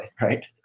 Right